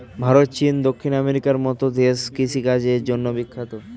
ভারত, চীন, দক্ষিণ আমেরিকার মতো দেশ কৃষি কাজের জন্যে বিখ্যাত